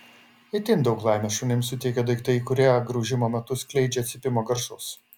itin daug laimės šunims suteikia daiktai kurie graužimo metu skleidžia cypimo garsus